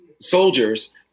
Soldiers